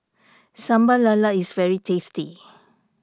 Sambal Lala is very tasty